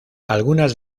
algunas